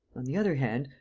on the other hand,